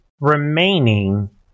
remaining